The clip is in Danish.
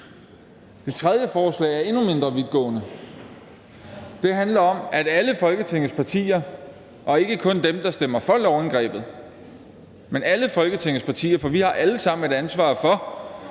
Det tredje ændringsforslag er endnu mindre vidtgående. Det handler om, at alle Folketingets partier har et ansvar. Det gælder ikke kun dem, der stemmer for lovindgrebet, men alle Folketingets partier, for vi har alle sammen et ansvar for